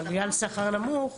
אבל בגלל שכר נמוך